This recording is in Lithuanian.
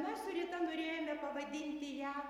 mes su rita norėjome pavadinti ją